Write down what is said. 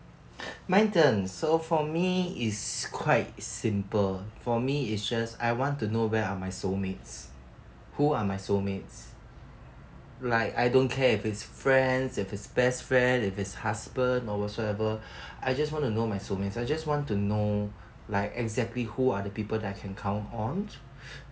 my turn so for me it's quite simple for me it's just I want to know where are my soulmates who are my soulmates like I don't care if it's friends if it's best friends if it's husband or whatsoever I just want to know my soulmates I just want to know like exactly who are the people that I can count on